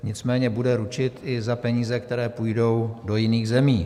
Nicméně bude ručit i za peníze, které půjdou do jiných zemí.